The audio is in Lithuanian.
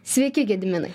sveiki gediminai